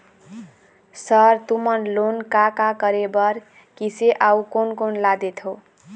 Sir तुमन loan का का करें बर, किसे अउ कोन कोन ला देथों?